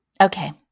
Okay